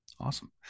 Awesome